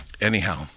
Anyhow